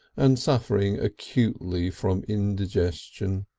and suffering acutely from indigestion.